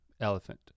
Elephant